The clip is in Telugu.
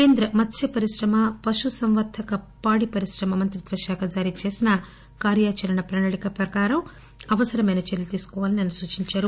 కేంద్ర మత్స్ పరిశ్రమ పశుసంవర్దక పాడిపరిశ్రమ మంత్రిత్వ శాఖ జారీచేసిన కార్యాచరణ ప్రణాళిక ప్రకారం అవసరమైన చర్యలు తీసుకోవాలని ఆయన సూచించారు